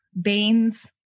beans